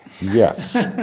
Yes